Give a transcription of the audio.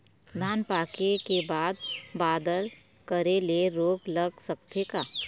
धान पाके के बाद बादल करे ले रोग लग सकथे का?